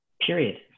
period